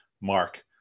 mark